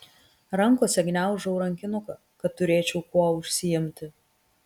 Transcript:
rankose gniaužau rankinuką kad turėčiau kuo užsiimti